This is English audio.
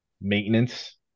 maintenance